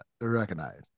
recognize